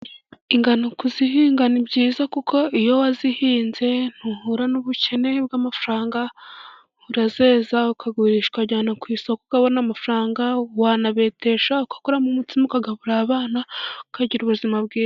Ingano kuzihinga ni byiza kuko iyo wazihinze ntuhura n'ubukene bw'amafaranga, urazeza ukagurisha, ukajyana ku isoko ukabona amafaranga, wanabetesha ugakuramo umutsima ukagaburira abana, ukagira ubuzima bwiza.